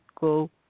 go